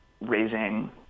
raising